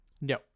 No